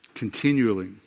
continually